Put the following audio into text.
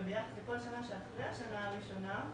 וביחס לכל שנה שאחרי השנה הראשונה,